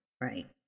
Right